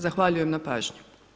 Zahvaljujem na pažnji.